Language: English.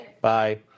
Bye